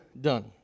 done